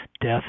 death